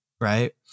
right